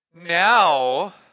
Now